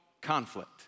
conflict